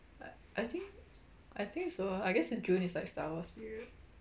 uh I think I think so I guess is june is like star wars period